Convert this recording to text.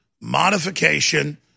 modification